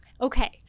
okay